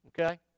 Okay